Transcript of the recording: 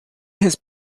his